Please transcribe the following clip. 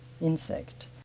insect